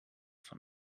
von